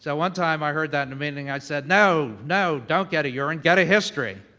so one time i heard that in a meeting. i said, no! no! don't get a urine. get a history.